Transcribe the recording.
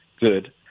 good